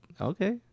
okay